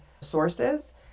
sources